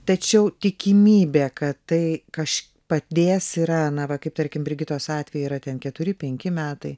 tačiau tikimybė kad tai kaš padės yra na va kaip tarkim brigitos atveju yra ten keturi penki metai